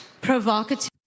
Provocative